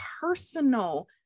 personal